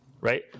right